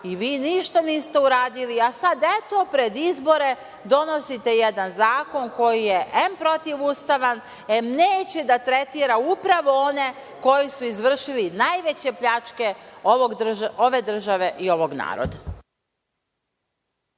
i vi ništa niste uradili. Sada, eto pred izbore donosite jedan zakon koji je em protiv ustava, em neće da tretira upravo one koji su izvršili najveće pljačke ove države i ovog naroda.